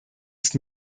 ist